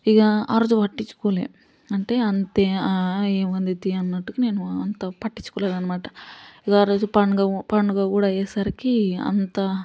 ఇగ ఆరోజు పట్టించుకోలే అంటే అంత ఆ ఏముంది తీయి అని అన్నట్టుగా నేను అంత పట్టించుకోలే అనమాట ఇంక ఆరోజు పండుగ పండుగ కూడా అయ్యేసరికి అంత